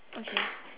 okay